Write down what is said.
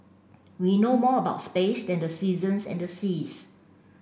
we know more about space than the seasons and the seas